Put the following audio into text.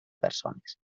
persones